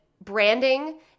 branding